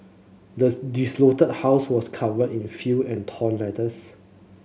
the desolated house was covered in filth and torn letters